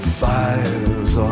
fires